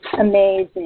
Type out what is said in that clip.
Amazing